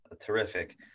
terrific